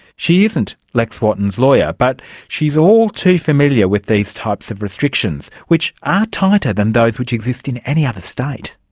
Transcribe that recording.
she isn't lex wotton's lawyer, but she's all too familiar with these types of restrictions which are tighter than those which exist in any other state.